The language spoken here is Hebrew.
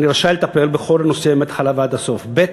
אני רשאי לטפל בכל נושא מההתחלה ועד הסוף, השני,